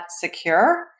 secure